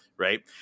right